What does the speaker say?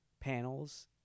panels